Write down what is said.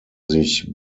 sich